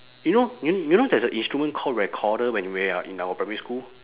you know you know you know there's a instrument called recorder when we are in our primary school